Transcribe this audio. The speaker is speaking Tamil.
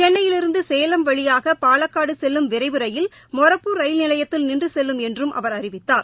சென்னையிலிருந்து சேலம் வழியாக பாலக்காடு செல்லும் விரைவு ரயில் மொரப்பூர் ரயில் நிலையத்தில் நின்றுச் செல்லும் என்றும் அவர் அறிவித்தார்